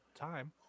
time